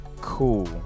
cool